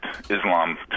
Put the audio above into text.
Islam